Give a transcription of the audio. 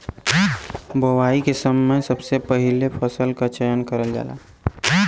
बोवाई के समय सबसे पहिले फसल क चयन करल जाला